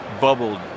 bubbled